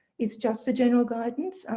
it's just for general guidance,